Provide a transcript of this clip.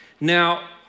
Now